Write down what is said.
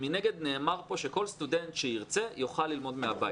מנגד נאמר פה שכל סטודנט שירצה יוכל ללמוד מהבית.